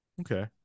Okay